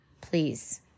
Please